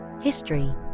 History